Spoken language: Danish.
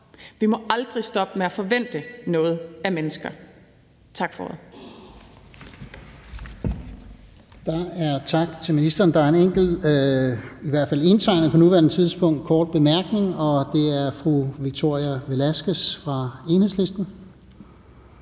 Vi må aldrig stoppe med at forvente noget af mennesker. Tak for ordet.